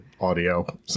audio